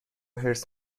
حرص